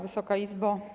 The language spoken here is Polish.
Wysoka Izbo!